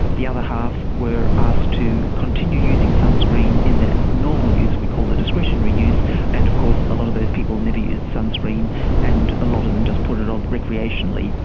the other half were asked to continue using sunscreen in that normal use we call the discretionary use and of course a lot of those people never used sunscreen and a lot of them just put it on recreationally.